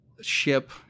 ship